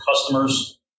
customers